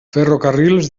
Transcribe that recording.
ferrocarrils